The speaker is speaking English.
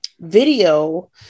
video